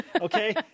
Okay